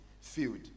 field